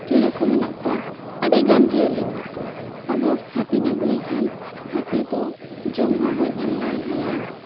ᱪᱮᱬᱮ ᱠᱚ ᱢᱮᱱᱟᱜ ᱠᱚᱣᱟ ᱟᱹᱰᱤᱜᱟᱱ ᱡᱤᱭᱟᱹᱞᱤ ᱢᱮᱱᱟᱜ ᱠᱚᱣᱟ ᱟᱫᱚ ᱦᱟᱹᱛᱤᱧ ᱟᱜᱩᱭᱮ ᱠᱷᱟᱱ ᱦᱟᱹᱛᱤ ᱫᱚ ᱡᱚᱢ ᱦᱚᱸ ᱵᱟᱹᱧ ᱮᱢ ᱫᱟᱲᱮ ᱟᱭᱟ